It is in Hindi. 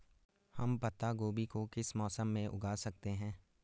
हम पत्ता गोभी को किस मौसम में उगा सकते हैं?